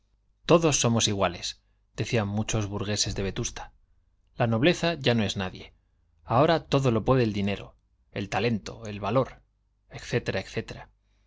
todos somos iguale decían muchos burgueses de vetusta la nobleza ya no es nadie ahora todo lo puede el dinero el talento el valor